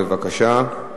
בבקשה.